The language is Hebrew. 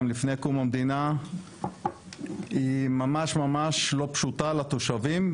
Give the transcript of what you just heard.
לפני קום המדינה היא ממש ממש לא פשוטה לתושבים,